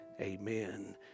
Amen